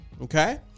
Okay